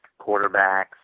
quarterbacks